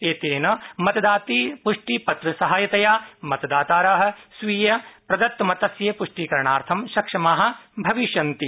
एतेन मतदातु प्टि पत्र सहायतया मतदातारः स्वीय प्रदतमतस्य पृष्टिकरणार्थं सक्षमाः भविष्यन्ति